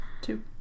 Two